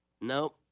no